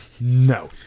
No